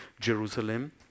Jerusalem